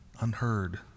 unheard